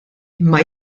imma